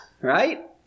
right